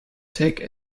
take